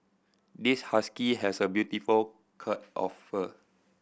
this husky has a beautiful of fur